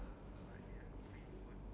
to me food over anything